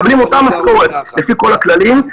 -- שמקבלים אותה משכורת לפי כל הכללים.